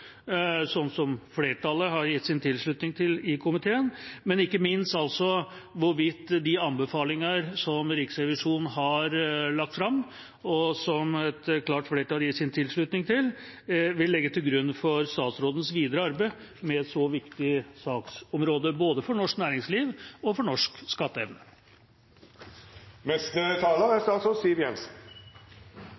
sånn som flertallet har gitt sin tilslutning til i komiteen, men ikke minst hvorvidt de anbefalinger som Riksrevisjonen har lagt fram, og som et klart flertall gir sin tilslutning til, vil ligge til grunn for statsrådens videre arbeid med et så viktig saksområde både for norsk næringsliv og for norsk skatteevne. Skatteetatens innsats på internprisingsområdet er